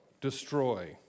destroy